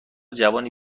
جوانی